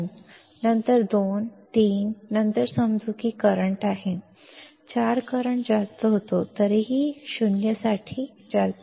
नंतर 2 नंतर 3 नंतर समजू की करंट आहे 4 करंट जास्त होतो तरीही 0 साठी जास्त